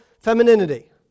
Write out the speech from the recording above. femininity